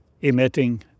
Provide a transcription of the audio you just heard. emitting